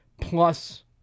plus